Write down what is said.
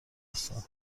هستن